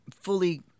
fully